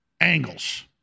angles